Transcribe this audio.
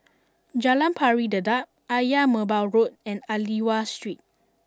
Jalan Pari Dedap Ayer Merbau Road and Aliwal Street